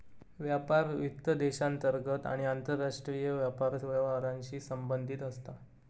व्यापार वित्त देशांतर्गत आणि आंतरराष्ट्रीय व्यापार व्यवहारांशी संबंधित असता